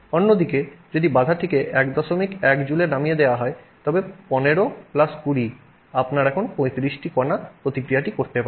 অন্যদিকে যদি বাধাটিকে 11 জুলে নামিয়ে দেওয়া হয় তবে 15 প্লাস 20 আপনার এখন 35 টি কণা প্রতিক্রিয়াটি করতে পারে